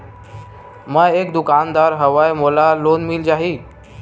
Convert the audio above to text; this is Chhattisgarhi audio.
मै एक दुकानदार हवय मोला लोन मिल जाही?